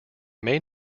may